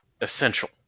essential